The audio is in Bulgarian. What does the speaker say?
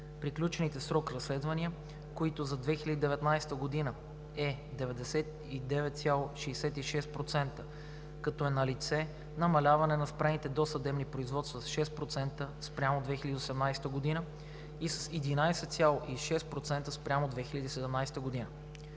приключените в срок разследвания, който за 2019 г. е 99,66%, като е налице намаляване на спрените досъдебни производства с 6% спрямо 2018 г. и с 11,6% спрямо 2017 г.